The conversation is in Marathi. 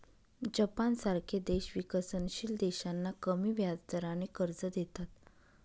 जपानसारखे देश विकसनशील देशांना कमी व्याजदराने कर्ज देतात